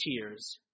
tears